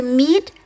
meet